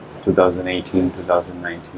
2018-2019